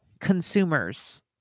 consumers